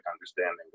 understanding